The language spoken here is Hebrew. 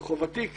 וחובתי,